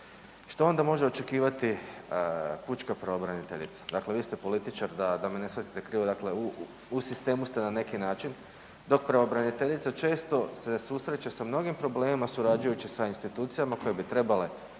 što onda može očekivati pučka pravobraniteljica. Dakle, vi ste političar da me ne shvatite krivo, dakle u sistemu ste na neki način dok pravobraniteljica često se susreće sa mnogim problemima surađujući sa institucijama koje bi trebale ne